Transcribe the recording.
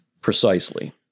Precisely